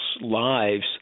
lives